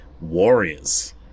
Warriors